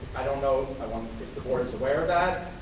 i don't know board is aware of that,